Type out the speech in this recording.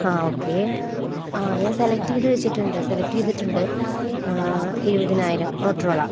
ആ ഓക്കെ ആ ഞാൻ സെലക്ട് ചെയ്തുവച്ചിട്ടുണ്ട് സെലക്ട് ചെയ്തിട്ടുണ്ട് ഇരുപതിനായിരം മോട്ടറോള